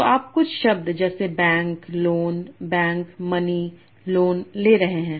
तो आप कुछ शब्द जैसे bank loan bank money loan ले रहे हैं